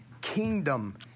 kingdom